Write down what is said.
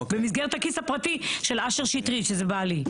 במסגרת הכיס הפרטי של אשר שטרית, שזה בעלי.